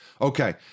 Okay